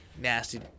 nasty